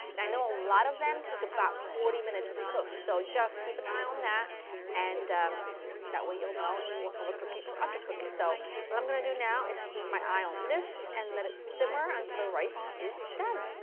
and i know that a lot of them take about forty minutes to cook so just keep an eye on that and that way you'll know and you won't over cook it or under cook it so what i'm going to do now is keep my eye on this and let it simmer until the rice is done.